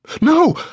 No